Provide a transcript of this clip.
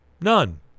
none